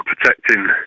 protecting